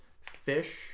Fish